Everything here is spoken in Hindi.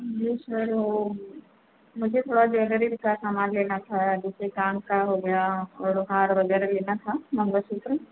जी सर वह मुझे थोड़ा ज्वेलरी का सामान लेना था जैसे कान का हो गया और हार वगैरह लेना था मंगलसूत्र